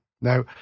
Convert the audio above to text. Now